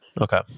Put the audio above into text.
Okay